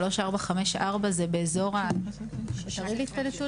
ה-3454 זה באזור --- שישה.